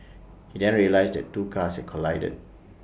he then realised that two cars had collided